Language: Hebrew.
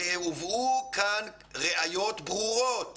הרי הובאו כאן ראיות ברורות